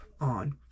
on